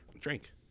Drink